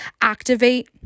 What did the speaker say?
activate